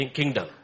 kingdom